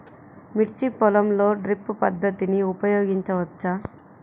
మిర్చి పొలంలో డ్రిప్ పద్ధతిని ఉపయోగించవచ్చా?